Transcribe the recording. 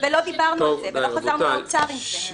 לא דיברנו על זה, לא חזרנו לאוצר עם זה.